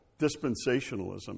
dispensationalism